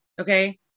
okay